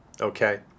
okay